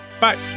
Bye